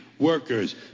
workers